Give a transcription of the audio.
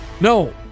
No